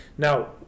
Now